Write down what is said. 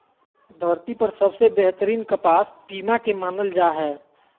धरती पर सबसे बेहतरीन कपास पीमा के मानल जा हय